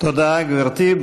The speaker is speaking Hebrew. תודה, גברתי.